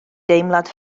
deimlad